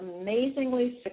amazingly